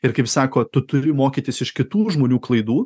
ir kaip sako tu turi mokytis iš kitų žmonių klaidų